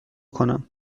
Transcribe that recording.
کنم